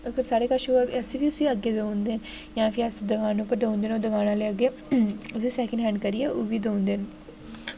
साढ़े कच्छ बी होऐ अस बी उस्सी अग्गे देई ओड़ने जां फ्ही अस दकान उप्पर दकान आह्ले अग्गें सैकिंड हैंड करियै ओह् बी देई ओड़दे